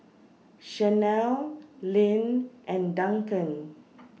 Shanelle Lynn and Duncan